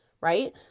right